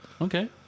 okay